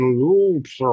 loops